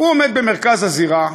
הוא עומד במרכז הזירה,